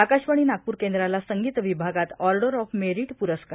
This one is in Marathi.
आकाशवाणी नागपूर केंद्राला संगीत विभागात ऑर्डर ऑफ मेरीट प्ररस्कार